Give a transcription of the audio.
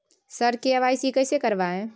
sir KYC कैसे करवाएं